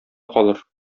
калыр